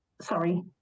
sorry